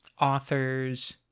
authors